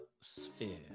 Sphere